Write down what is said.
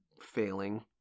failing